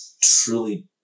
truly